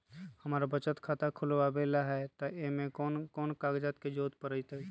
हमरा बचत खाता खुलावेला है त ए में कौन कौन कागजात के जरूरी परतई?